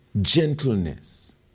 gentleness